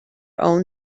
own